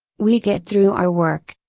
we get through our work,